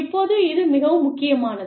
இப்போது இது மிகவும் முக்கியமானது